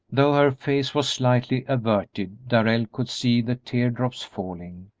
though her face was slightly averted, darrell could see the tear-drops falling,